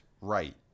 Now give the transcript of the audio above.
right